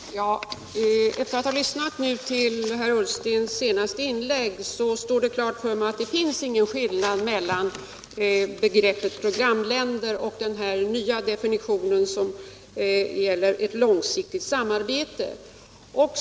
Herr talman! Efter att ha lyssnat till herr Ullstens senaste inlägg står det klart för mig att det inte finns någon skillnad mellan begreppet programland och den nya definition som gäller ett långsiktigt samarbete.